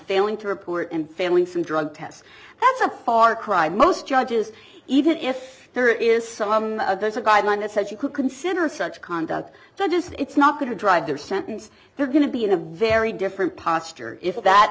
failing to report and failing some drug test that's a far cry most judges even if there is some there's a guideline that says you could consider such conduct so just it's not going to drive their sentence they're going to be in a very different posture if that